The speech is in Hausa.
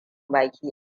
baki